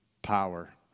Power